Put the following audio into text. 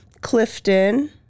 Clifton